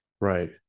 right